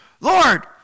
Lord